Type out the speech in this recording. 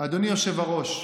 אדוני היושב-ראש,